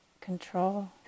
control